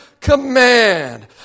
command